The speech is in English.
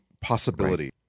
possibility